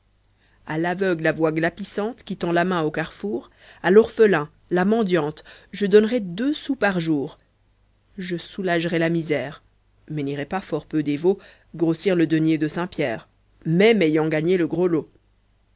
a l'aveugle à voix glapissante qui tend la main au carrefour a l'orphelin la mendiante je donnerais deux sous par jour je soulagerais la misère mais n'irais pas fort peu dévot grossir le denier de saint-pierre même ayant gagné le gros lot